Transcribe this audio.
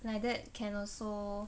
like that can also